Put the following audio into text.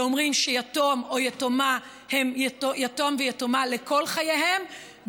ואומרים שיתום או יתומה הם יתום ויתומה לכל חייהם,